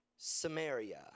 Samaria